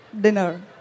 dinner